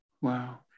Wow